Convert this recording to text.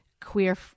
queer